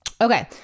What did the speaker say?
Okay